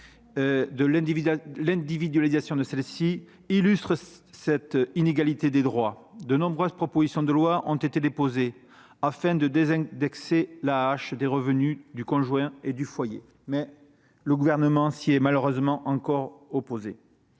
aux adultes handicapés illustre cette inégalité des droits. De nombreuses propositions de loi ont été déposées afin de désindexer l'AAH des revenus du conjoint et du foyer, mais le Gouvernement s'y est malheureusement encore opposé.